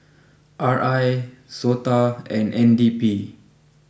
R I Sota and N D P